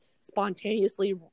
spontaneously